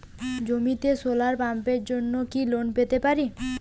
জমিতে সোলার পাম্পের জন্য কি লোন পেতে পারি?